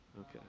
Okay